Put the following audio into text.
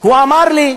הוא אמר לי: